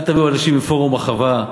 אל תביאו אנשים מפורום החווה.